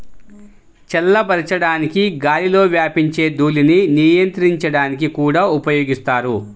చల్లబరచడానికి గాలిలో వ్యాపించే ధూళిని నియంత్రించడానికి కూడా ఉపయోగిస్తారు